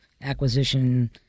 acquisition